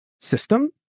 system